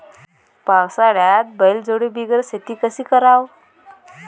पावसाळ्यात बैलजोडी बिगर शेती कशी कराव?